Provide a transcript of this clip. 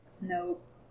Nope